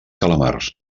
calamars